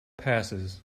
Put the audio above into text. passes